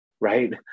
right